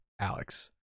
Alex